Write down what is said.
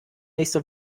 nächste